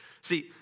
See